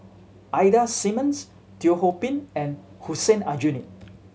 Ida Simmons Teo Ho Pin and Hussein Aljunied